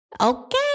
Okay